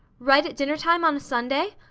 right at dinner time on sunday?